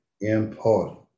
important